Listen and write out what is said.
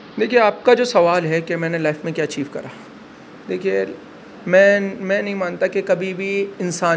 دیکھیے آپ کا جو سوال ہے کہ میں نے لائف میں کیا اچیو کرا دیکھیے میں میں نہیں مانتا کہ کبھی بھی انسان